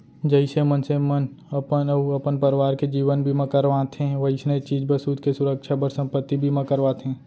जइसे मनसे मन अपन अउ अपन परवार के जीवन बीमा करवाथें वइसने चीज बसूत के सुरक्छा बर संपत्ति बीमा करवाथें